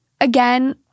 again